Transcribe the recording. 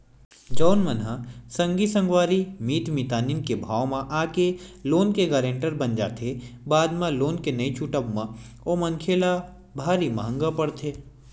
जउन मन ह संगी संगवारी मीत मितानी के भाव म आके लोन के गारेंटर बन जाथे बाद म लोन के नइ छूटब म ओ मनखे ल भारी महंगा पड़थे